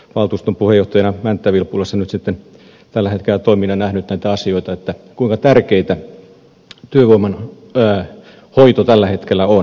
valtuuston puheenjohtajana mänttä vilppulassa nyt sitten tällä hetkellä toimin ja olen nähnyt näitä asioita kuinka tärkeätä työvoiman hoito tällä hetkellä on